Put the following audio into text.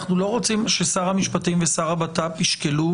אנחנו לא רוצים ששר המשפטים ושר הבט"פ ישקלו